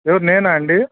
ఎవరు నేనా అండీ